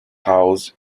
housed